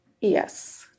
yes